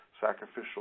sacrificial